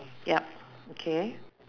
yup okay